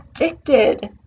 addicted